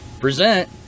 present